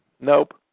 Nope